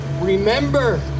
Remember